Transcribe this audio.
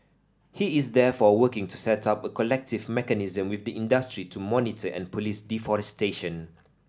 he is therefore working to set up a collective mechanism with the industry to monitor and police deforestation